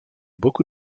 beaucoup